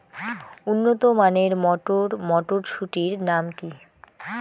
উন্নত মানের মটর মটরশুটির নাম?